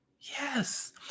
yes